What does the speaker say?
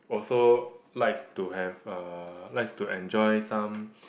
also likes to have uh likes to enjoy some